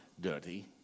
dirty